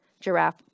giraffe